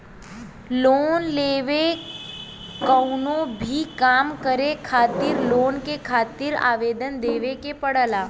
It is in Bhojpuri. लोन लेके कउनो भी काम करे खातिर लोन के खातिर आवेदन देवे के पड़ला